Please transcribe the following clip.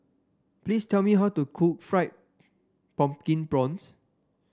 please tell me how to cook Fried Pumpkin Prawns